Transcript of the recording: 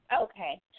Okay